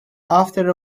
after